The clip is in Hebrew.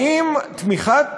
האם תמיכת